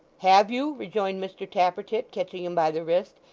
have you rejoined mr tappertit, catching him by the wrist,